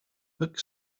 book